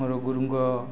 ମୋର ଗୁରୁଙ୍କ